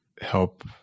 help